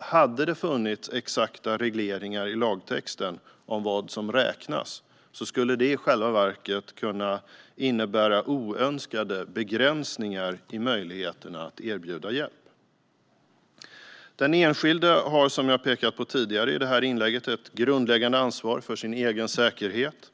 Hade det funnits exakta regleringar i lagtexten av vad som räknas skulle det i själva verket kunna innebära oönskade begränsningar i möjligheterna att erbjuda hjälp. Den enskilde har, som jag pekat på tidigare i det här inlägget, ett grundläggande ansvar för sin egen säkerhet.